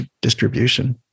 distribution